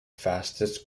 fastest